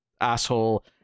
asshole